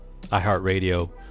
iHeartRadio